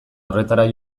horretara